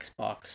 Xbox